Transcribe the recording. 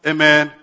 Amen